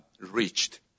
reached